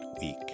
week